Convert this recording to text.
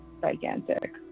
gigantic